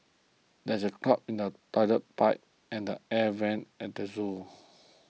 there is a clog in the Toilet Pipe and the Air Vents at the zoo